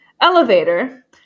Elevator